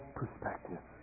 perspective